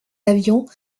avions